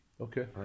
Okay